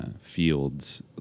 fields